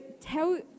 tell